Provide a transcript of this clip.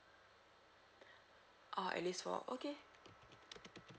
orh at least four okay